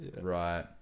right